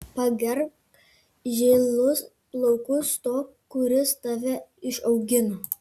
pagerbk žilus plaukus to kuris tave išaugino